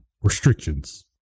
restrictions